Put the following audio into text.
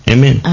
Amen